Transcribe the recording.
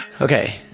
Okay